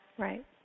Right